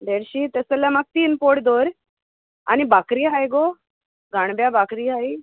देडशी तेश जाल्यार म्हाका तीन पोड धर आनी भाकरी हाय गो जाणब्या भाकरी आहाय